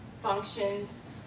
functions